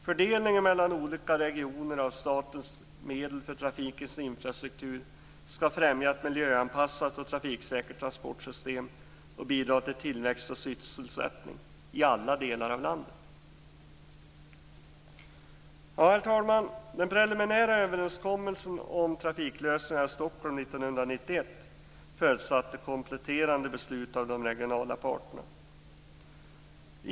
Fördelningen mellan olika regioner av statens medel för trafik och infrastruktur skall främja ett miljöanpassat och trafiksäkert transportsystem och bidra till tillväxt och sysselsättning i alla delar av landet. Herr talman! Den preliminära överenskommelsen om trafiklösningar i Stockholm 1991 följdes av ett kompletterande beslut av de regionala parterna.